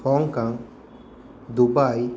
Hong Kong Dubai